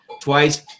twice